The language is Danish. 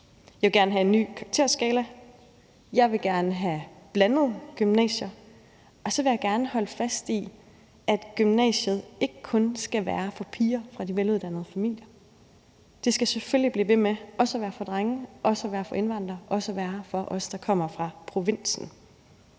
Jeg vil gerne have en ny karakterskala. Jeg vil gerne have blandede gymnasier. Og så vil jeg gerne holde fast i, at gymnasiet ikke kun skal være for piger fra de veluddannede familier. Det skal selvfølgelig blive ved med også at være for drenge, også at være for indvandrere, også at være for os, der kommer fra provinsen.